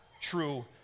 true